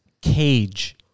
cage